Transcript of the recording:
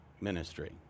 ministry